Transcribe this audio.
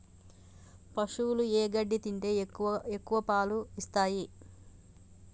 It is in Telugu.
పశువులు ఏ గడ్డి తింటే ఎక్కువ పాలు ఇస్తాయి?